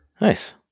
Nice